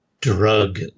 drug